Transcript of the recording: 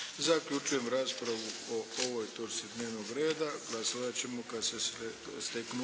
Zaključujem raspravu o ovoj točci dnevnog reda.